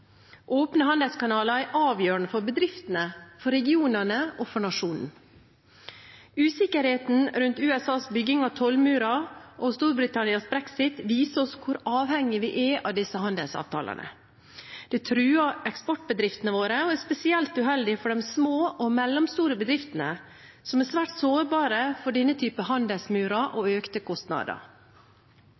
Åpne handelskanaler er avgjørende for bedriftene, for regionene og for nasjonen. Usikkerheten rundt USAs bygging av tollmurer og Storbritannias brexit viser oss hvor avhengig vi er av disse handelsavtalene. Det truer eksportbedriftene våre og er spesielt uheldig for de små og mellomstore bedriftene, som er svært sårbare for denne typen handelsmurer og økte kostnader.